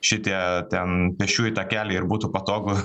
šitie ten pėsčiųjų takeliai ir būtų patogu